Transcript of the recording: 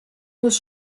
muss